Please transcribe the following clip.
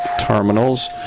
terminals